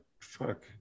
Fuck